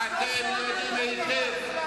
עכשיו אתם עושים בדיוק אותו